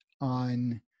on